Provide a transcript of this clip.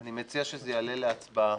אני מציע שזה יעלה להצבעה